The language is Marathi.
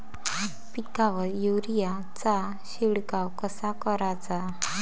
पिकावर युरीया चा शिडकाव कसा कराचा?